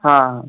हां